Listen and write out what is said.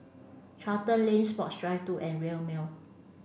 Charlton Lane Sports Drive two and Rail Mall